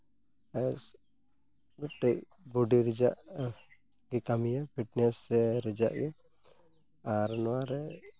ᱢᱤᱫᱴᱮᱱ ᱵᱚᱰᱤ ᱨᱮᱭᱟᱜᱼᱮ ᱠᱟᱹᱢᱤᱭᱟ ᱯᱷᱤᱴᱱᱮᱥ ᱨᱮᱭᱟᱜ ᱜᱮ ᱟᱨ ᱱᱚᱣᱟ ᱨᱮ